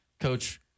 coach